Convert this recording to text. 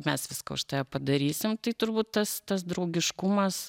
mes viską už tave padarysim tai turbūt tas tas draugiškumas